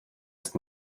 ist